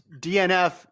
DNF